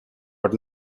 but